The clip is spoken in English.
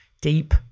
deep